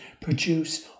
produce